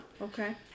okay